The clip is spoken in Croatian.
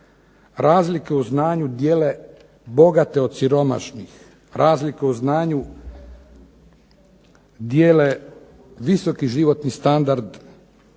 Razlike u znanju dijele bogate od siromašnih, razlike u znanju dijele visoki životni standard od niskog.